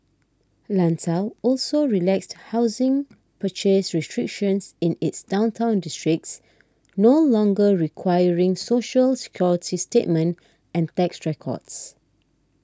Lanzhou also relaxed housing purchase restrictions in its downtown districts no longer requiring Social Security statement and tax records